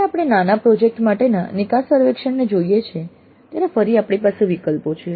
જ્યારે આપણે નાના પ્રોજેક્ટ્સ માટેના નિકાસ સર્વેક્ષણને જોઈએ છીએ ત્યારે ફરી આપણે પાસે વિકલ્પો છે